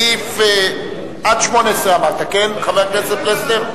עד 18 אמרת, חבר הכנסת פלסנר?